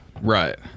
Right